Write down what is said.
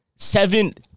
seven